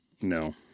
No